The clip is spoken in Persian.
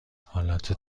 حالت